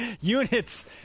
Units